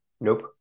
Nope